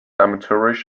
amateurish